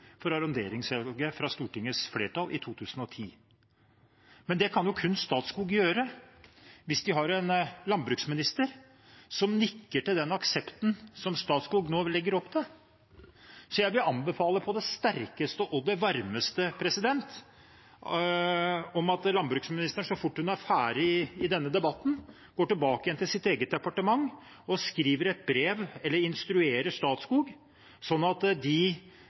for arronderingssalget, fra Stortingets flertall i 2010. Men det kan jo kun Statskog gjøre hvis de har en landbruksminister som nikker til den aksepten som Statskog nå legger opp til. Så jeg vil anbefale på det sterkeste og det varmeste at landbruksministeren så fort hun er ferdig i denne debatten, går tilbake til sitt eget departement og skriver et brev til eller instruerer Statskog, sånn at de